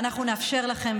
ואנחנו נאפשר לכן,